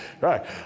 Right